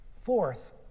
Fourth